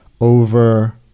over